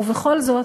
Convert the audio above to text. ובכל זאת,